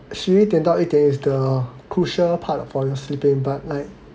十一点到一点 is the crucial part for your sleeping but like